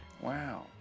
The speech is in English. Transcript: Wow